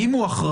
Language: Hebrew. אם הוא אחראי,